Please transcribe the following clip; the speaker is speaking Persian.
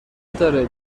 داره